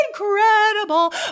incredible